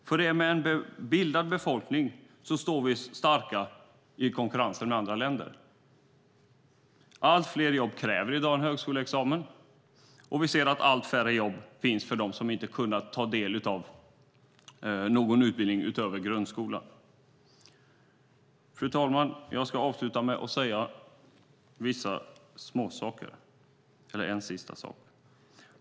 Med en bildad befolkning står Sverige starkt i konkurrensen med andra länder. Allt fler jobb i dag kräver en högskoleexamen. Vi ser att allt färre jobb finns för dem som inte fått ta del av någon utbildning utöver grundskolan. Fru talman! Jag ska avsluta med en sista sak.